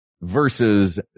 versus